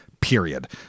period